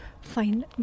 find